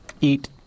eat